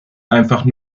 einfach